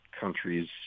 countries